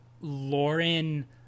lauren